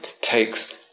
takes